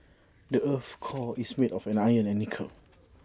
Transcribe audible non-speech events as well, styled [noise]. [noise] the Earth's core is made of iron and nickel